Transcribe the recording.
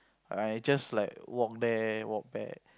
I just like walk there walk back